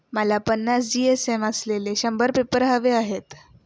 मला पन्नास जी.एस.एम असलेले शंभर पेपर हवे आहेत